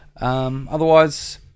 Otherwise